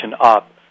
up